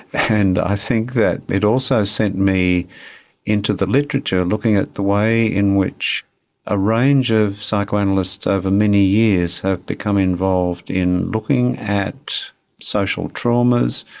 and i think that it also sent me into the literature looking at the way in which a range of psychoanalysts over many years has become involved in looking at social traumas,